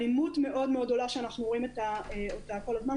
אלימות מאוד מאוד עולה שאנחנו רואים אותה כל הזמן,